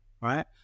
right